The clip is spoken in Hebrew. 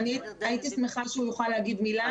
הייתי שמחה אם הוא יוכל לומר מילה.